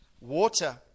water